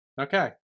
Okay